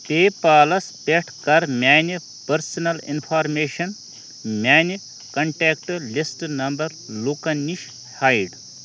پے پالس پٮ۪ٹھ کَر میانہِ پٔرسنل انفارمیٚشن میانہِ کنٹٮ۪کٹ لسٹ نٮ۪بر لوٗکَن نِش ہایڈ